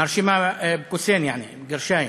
מרשימה יעני, עם גרשיים,